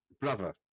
brother